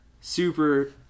Super